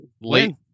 late